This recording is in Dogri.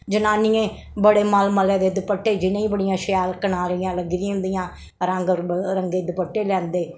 जनानियें बड़े मलमलै दे दपट्टे जि'नें ई बड़ियां शैल कनारियां लग्गी दियां होंदियां रंग बिरंगे दपट्टे लेंदे हे